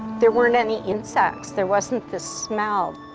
there weren't any insects. there wasn't the smell.